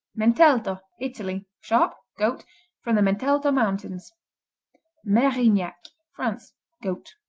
mentelto italy sharp goat from the mentelto mountains merignac france goat.